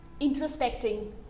introspecting